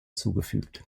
zugefügt